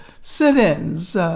sit-ins